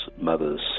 mother's